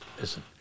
listen